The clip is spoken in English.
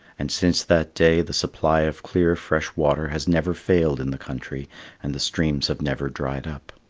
and since that day the supply of clear fresh water has never failed in the country and the streams have never dried up.